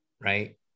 right